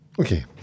okay